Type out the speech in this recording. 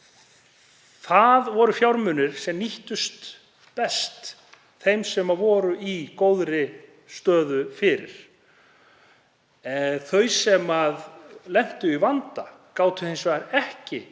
Það voru fjármunir sem nýttust best þeim sem voru í góðri stöðu fyrir. Þau sem lentu í vanda gátu hins vegar ekki